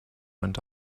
went